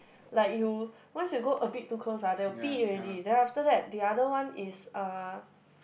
like you once you go a bit too close ah they will you already then after that the other one is uh